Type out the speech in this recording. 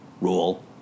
rule